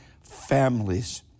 families